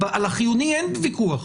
על החיוני אין ויכוח.